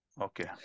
Okay